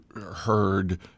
heard